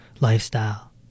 lifestyle